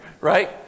right